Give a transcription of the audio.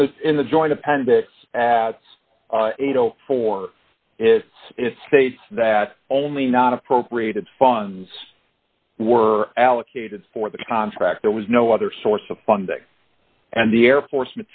in the in the joint appendix as for it it states that only not appropriated funds were allocated for the contract there was no other source of funding and the air force